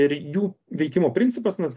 ir jų veikimo principas na